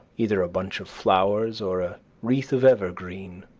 either a bunch of flowers, or a wreath of evergreen,